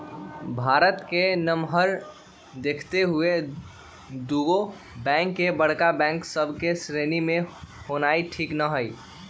भारत के नमहर देखइते दुगो बैंक के बड़का बैंक सभ के श्रेणी में होनाइ ठीक न हइ